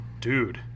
dude